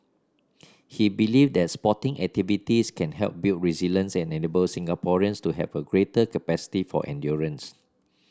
he believed that sporting activities can help build resilience and enable Singaporeans to have a greater capacity for endurance